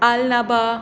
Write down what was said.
alabama